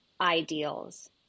ideals